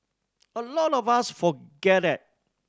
a lot of us forget that